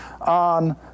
on